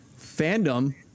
fandom